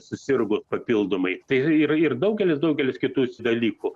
susirgus papildomai tai ir ir daugelis daugelis kitų s dalykų